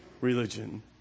religion